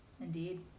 Indeed